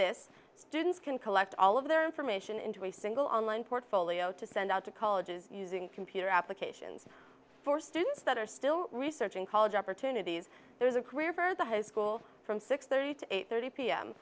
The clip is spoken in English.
this students can collect all of their information into a single online portfolio to send out to colleges using computer applications for students that are still researching college opportunities there's a career for the has school from six thirty to eight thirty p